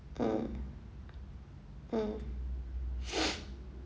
mm mm